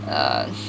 err